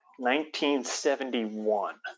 1971